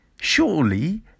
Surely